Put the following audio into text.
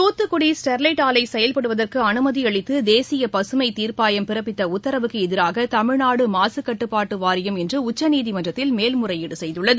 Thoothukudi Sterlite ஆலை செயல்படுவதற்கு அனுமதி அளித்து தேசிய பசுமை தீர்ப்பாயம் பிறப்பித்த உத்தரவுக்கு எதிராக தமிழ்நாடு மாசுக்கட்டுப்பாட்டு வாரியம் இன்று உச்சநீதிமன்றத்தில் மேல் முறையீடு செய்துள்ளது